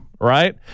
Right